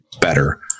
better